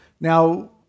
Now